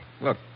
Look